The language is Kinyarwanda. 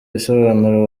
bisobanuro